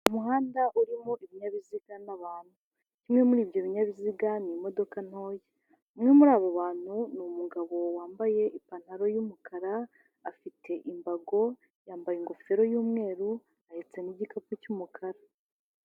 Umuhanda urimo ibinyabiziga n'abantu, kimwe muri ibyo binyabiziga ni imodoka ntoya, umwe muri abo bantu ni umugabo wambaye ipantaro y'umukara, afite imbago, yambaye ingofero y'umweru, ahetse n'igikapu cy'umukara.